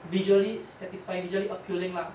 visually satisfying visually appealing lah